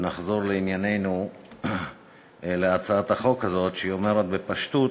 נחזור לענייננו, להצעת החוק הזאת, שאומרת בפשטות,